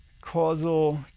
causal